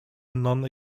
non